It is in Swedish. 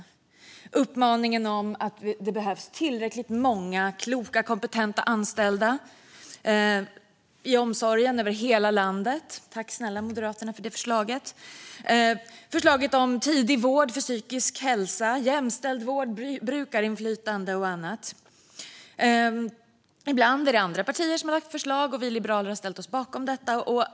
Det gäller uppmaningen om att det behövs tillräckligt många kloka och kompetenta anställda i omsorgen över hela landet. Tack, snälla Moderaterna, för det förslaget! Det gäller förslaget om tidig vård för psykisk hälsa, jämställd vård, brukarinflytande och annat. Ibland är det andra partier som har lagt fram förslag, och vi har ställt oss bakom dem.